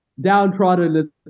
downtrodden